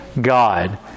God